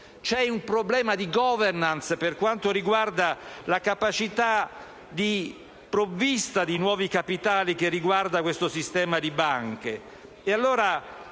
poi un problema di *governance* per quanto riguarda la capacità di provvista di nuovi capitali di questo sistema di banche.